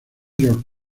york